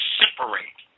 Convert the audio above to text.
separate